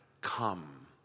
come